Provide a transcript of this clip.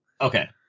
Okay